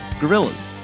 gorillas